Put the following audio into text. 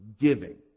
giving